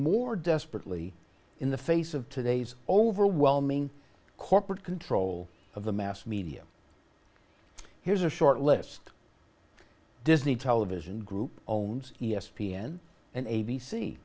more desperately in the face of today's overwhelming corporate control of the mass media here's a short list disney television group owns e s p n and a